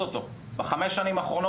אבל רק אם נסתכל על הפעולה האחרונה